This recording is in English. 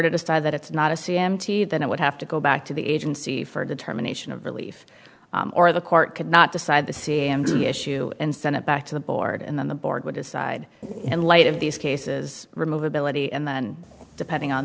to decide that it's not a c m t then it would have to go back to the agency for determination of relief or the court could not decide the c m t issue and send it back to the board and then the board would decide in light of these cases remove ability and then depending on